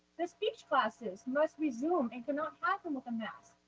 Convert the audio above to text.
the speech classes must resume. it cannot happen with a mask,